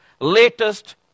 latest